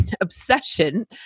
obsession